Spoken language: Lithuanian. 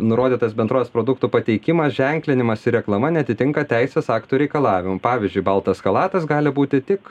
nurodytas bendrovės produktų pateikimas ženklinimas ir reklama neatitinka teisės aktų reikalavimų pavyzdžiui baltas chalatas gali būti tik